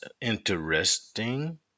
interesting